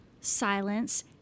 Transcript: silence